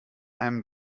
einem